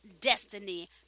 destiny